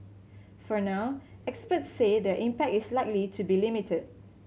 for now experts say their impact is likely to be limited